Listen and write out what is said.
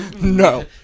No